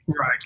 Right